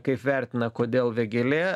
kaip vertina kodėl vėgėlė